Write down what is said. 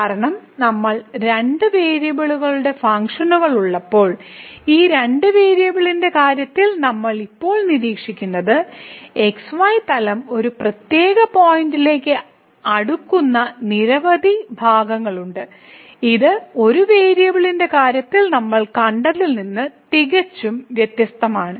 കാരണം നമുക്ക് രണ്ട് വേരിയബിളുകളുടെ ഫംഗ്ഷനുകൾ ഉള്ളപ്പോൾ ഈ രണ്ട് വേരിയബിളിന്റെ കാര്യത്തിൽ നമ്മൾ ഇപ്പോൾ നിരീക്ഷിക്കുന്നത് xy തലം ഒരു പ്രത്യേക പോയിന്റിലേക്ക് അടുക്കുന്ന നിരവധി ഭാഗങ്ങളുണ്ട് ഇത് ഒരു വേരിയബിളിന്റെ കാര്യത്തിൽ നമ്മൾ കണ്ടതിൽ നിന്ന് തികച്ചും വ്യത്യസ്തമാണ്